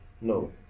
No